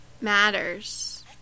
matters